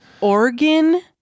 Organ